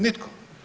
Nitko.